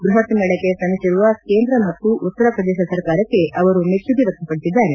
ಬೃಹತ್ ಮೇಳಕ್ಕೆ ಶ್ರಮಿಸಿರುವ ಕೇಂದ್ರ ಮತ್ತು ಉತ್ತರ ಪ್ರದೇಶ ಸರ್ಕಾರಕ್ಕೆ ಅವರು ಮೆಚ್ಚುಗೆ ವ್ಯಕ್ತಪಡಿಸಿದ್ದಾರೆ